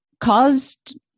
caused